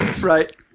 right